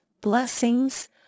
blessings